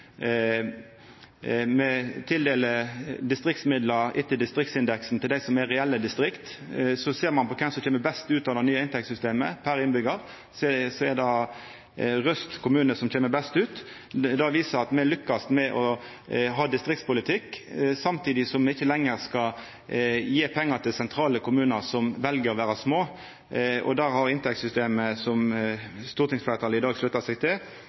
Me deler ut distriktsmidlar etter distriktsindeksen til dei som er reelle distrikt. Ser ein på kven som kjem best ut av det nye inntektssystemet per innbyggjar, er det Røst kommune som kjem best ut. Det viser at me lykkast med å ha ein distriktspolitikk, samtidig som me ikkje lenger skal gje pengar til sentrale kommunar som vel å vera små. Der har inntektssystemet som stortingsfleirtalet i dag vil slutta seg til,